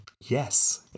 Yes